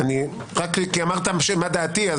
רק כי אמרת מה דעתי.